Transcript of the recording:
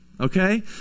okay